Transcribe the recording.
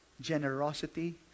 generosity